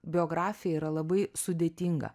biografija yra labai sudėtinga